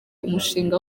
umushinga